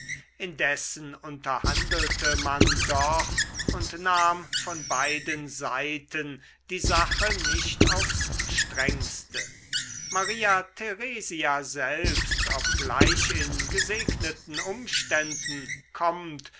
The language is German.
indessen unterhandelte man doch und nahm von beiden seiten die sache nicht aufs strengste maria theresia selbst obgleich in gesegneten umständen kommt